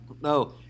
No